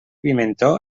pimentó